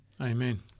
Amen